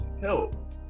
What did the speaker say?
help